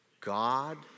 God